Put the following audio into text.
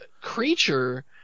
creature